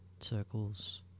circles